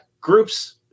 groups